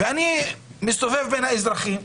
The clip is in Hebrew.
ואני מסתובב בין האזרחים,